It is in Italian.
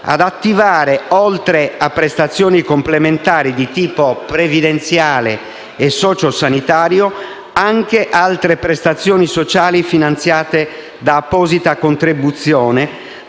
ad attivare, oltre a prestazioni complementari di tipo previdenziale e sociosanitario, anche altre prestazioni sociali finanziate da apposita contribuzione